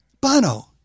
Bono